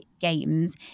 games